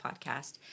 podcast